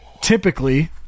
typically